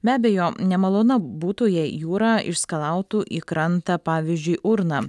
be abejo nemalona būtų jei jūra išskalautų į krantą pavyzdžiui urną